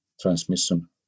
transmission